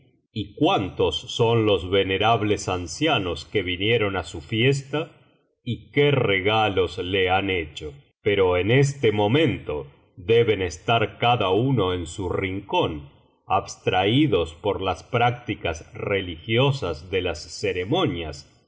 y cuántos son los venerables ancianos que vinieron á su fiesta y qué regalos le han hecho pero en este momento deben estar cada uno en su rincón abstraídos por las prácticas religiosas de las ceremonias